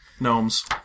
Gnomes